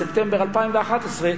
בספטמבר 2011,